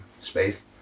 space